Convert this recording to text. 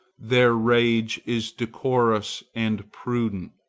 their rage is decorous and prudent,